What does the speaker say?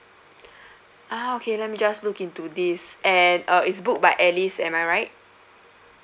ah okay let me just look into this and uh is booked by alice am I right